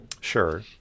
Sure